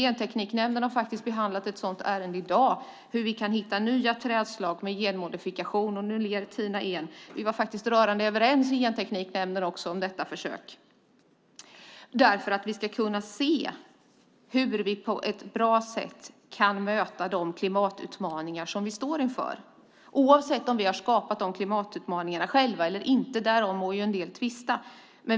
Gentekniknämnden har faktiskt behandlat ett sådant ärende i dag - nu ler Tina Ehn - och vi var rörande överens i nämnden om detta försök. Vi måste kunna se hur vi på ett bra sätt kan möta de klimatutmaningar vi står inför, oavsett om vi har skapat dem själva eller inte - därom må en del tvista.